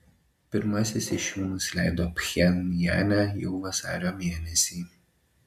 pirmasis iš jų nusileido pchenjane jau vasario mėnesį